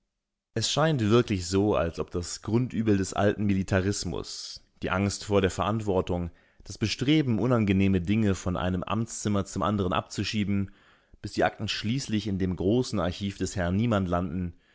es scheint wirklich so als ob das grundübel des alten militarismus die angst vor der verantwortung das bestreben unangenehme dinge von einem amtszimmer zum anderen abzuschieben bis die akten schließlich in dem großen archiv des herrn niemand